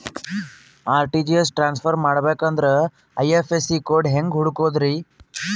RTGS transfer ಮಾಡಬೇಕೆಂದರೆ IFSC code ಹೆಂಗ್ ಹುಡುಕೋದ್ರಿ?